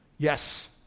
Yes